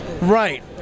Right